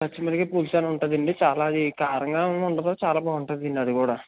పచ్చి మిరపకాయ పులుసని ఉంటుందండి చాలా అది కారంగా ఏమి ఉండదు చాలా బాగుంటుందండి అది కూడా